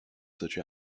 such